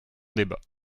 débat